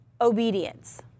obedience